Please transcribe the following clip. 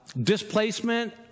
displacement